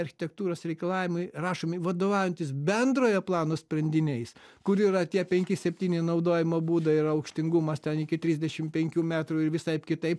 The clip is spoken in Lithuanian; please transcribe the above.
architektūros reikalavimai rašomi vadovaujantis bendrojo plano sprendiniais kur yra tie penki septyni naudojimo būdai yra aukštingumas ten iki trisdešim penkių metrų ir visaip kitaip